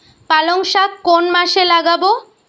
পালংশাক কোন মাসে লাগাব?